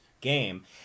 game